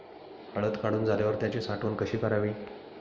हळद काढून झाल्यावर त्याची साठवण कशी करावी?